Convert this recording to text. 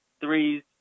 threes